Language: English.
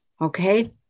Okay